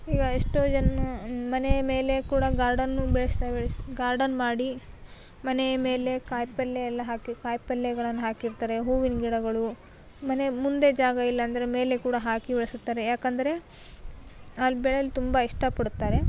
ಈಗ ಎಷ್ಟೋ ಜನ ಮನೆಯ ಮೇಲೆ ಕೂಡ ಗಾರ್ಡನ್ನು ಬೆಳೆಸ್ತಾ ಬೆಳೆಸಿ ಗಾರ್ಡನ್ ಮಾಡಿ ಮನೆಯ ಮೇಲೆ ಕಾಯಿ ಪಲ್ಲೆ ಎಲ್ಲ ಹಾಕಿ ಕಾಯಿ ಪಲ್ಲೆಗಳನ್ನ ಹಾಕಿರ್ತಾರೆ ಹೂವಿನ ಗಿಡಗಳು ಮನೆಯ ಮುಂದೆ ಜಾಗ ಇಲ್ಲ ಅಂದರೆ ಮೇಲೆ ಕೂಡ ಹಾಕಿ ಬೆಳೆಸುತ್ತಾರೆ ಯಾಕೆಂದರೆ ಅಲ್ಲಿ ಬೆಳೆಯಲು ತುಂಬ ಇಷ್ಟಪಡುತ್ತಾರೆ